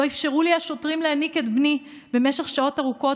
לא אפשרו לי השוטרים להניק את בני במשך שעות ארוכות,